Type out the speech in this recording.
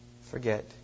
forget